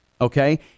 Okay